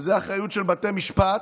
וזה אחריות של בתי משפט,